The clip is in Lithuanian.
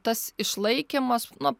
tas išlaikymas na